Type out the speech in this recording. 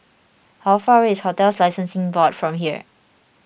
how far away is Hotels Licensing Board from here